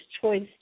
choice